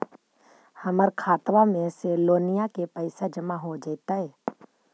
हमर खातबा में से लोनिया के पैसा जामा हो जैतय?